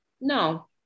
No